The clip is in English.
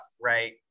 right